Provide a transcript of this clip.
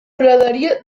praderia